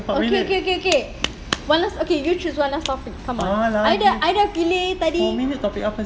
okay okay okay okay one last okay you choose one last topic come on I dah I dah pilih tadi